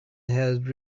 had